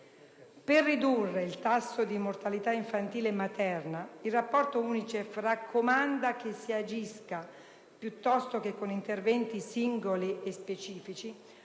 Per ridurre il tasso di mortalità infantile e materna il rapporto UNICEF raccomanda che si agisca, piuttosto che con interventi singoli e specifici,